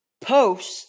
post